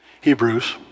Hebrews